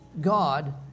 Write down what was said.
God